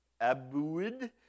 Abud